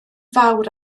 fawr